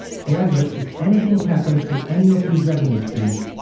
however, if anything happens to any of these revenue streams,